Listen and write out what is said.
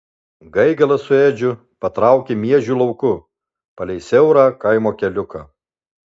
gaigalas su edžiu patraukė miežių lauku palei siaurą kaimo keliuką